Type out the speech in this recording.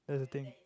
that's the thing